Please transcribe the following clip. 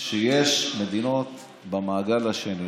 שיש מדינות במעגל השני,